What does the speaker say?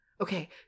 Okay